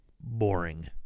boring